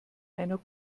einer